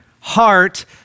Heart